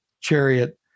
chariot